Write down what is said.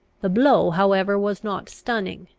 the blow however was not stunning,